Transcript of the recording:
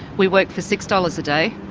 we work for six dollars a day.